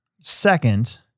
second